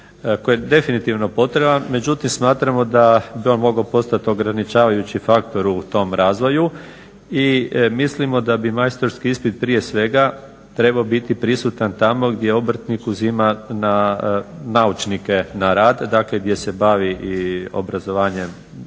koji je definitivno potreban, međutim smatramo da bi on mogao postati ograničavajući faktor u tom razvoju i mislimo da bi majstorski ispit prije svega trebao biti prisutan tamo gdje obrtnik uzima naučnike na rad dakle gdje se bavi i obrazovanjem naukovanja,